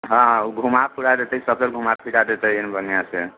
हँ ओ घुमा फिरा देतै सभतरि घुमा फिरा देतै एहन बढ़िआँसँ